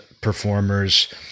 performers